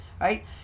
Right